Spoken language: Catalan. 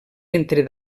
entre